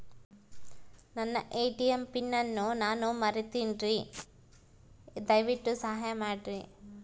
ನನ್ನ ATM pin ಅನ್ನು ನಾನು ಮರಿತಿನ್ರಿ, ದಯವಿಟ್ಟು ಸಹಾಯ ಮಾಡ್ರಿ